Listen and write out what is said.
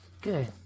Good